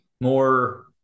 more